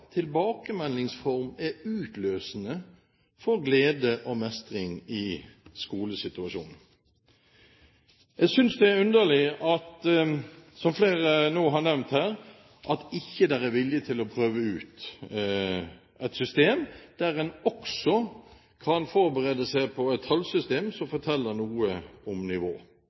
tilbakemeldingsform er utløsende for glede og mestring i skolesituasjonen. Jeg synes det er underlig – som flere nå har nevnt her – at det ikke er vilje til å prøve ut et system der en også kan forberede seg på et tallsystem som forteller noe om nivå.